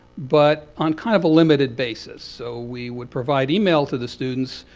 but on kind of a limited basis. so we would provide email to the students.